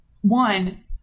one